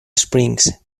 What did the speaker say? springs